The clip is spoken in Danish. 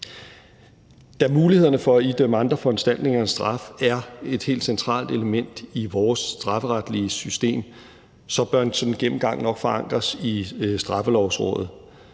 Da mulighederne for at idømme andre foranstaltninger end straf er et helt centralt element i vores strafferetlige system, bør en sådan gennemgang nok forankres i Straffelovrådet.